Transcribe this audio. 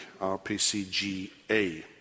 RPCGA